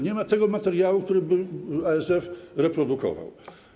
Nie ma tego materiału, który był ASF reprodukował.